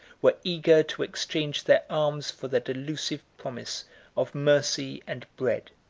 were eager to exchange their arms for the delusive promise of mercy and bread.